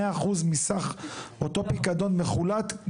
מאה אחוז מסך אותו פיקדון מחולט,